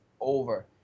over